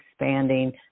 expanding